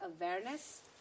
awareness